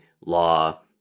law